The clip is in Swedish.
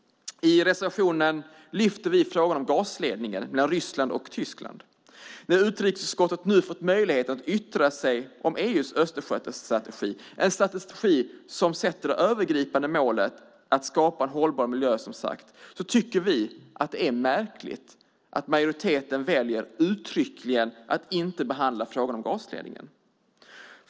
I reservationen lyfter vi fram frågan om gasledningen mellan Ryssland och Tyskland. När utrikesutskottet nu fått möjlighet att yttra sig över EU:s Östersjöstrategi - en strategi där det övergripande målet, som sagt, är att skapa en hållbar miljö - tycker vi att det är märkligt att majoriteten uttryckligen väljer att inte behandla frågan om gasledningen.